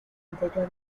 interior